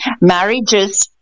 marriages